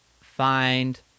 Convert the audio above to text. find